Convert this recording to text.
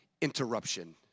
interruption